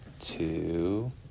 two